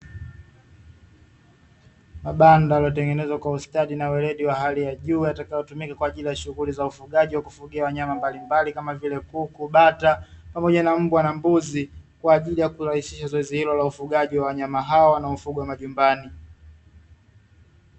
Mabanda yaliotengeneza kwa ustadi na weledi wa hali ya juu yatakayo tumika katika shughuli za ufugaji wa kufugia wanyama mbalimbali kama vile kuku bata pamoja na mbwa na mbuzi, kwa ajili ya kurahisi zoezi hilo la wanyama hawa wanaofuga majumbani.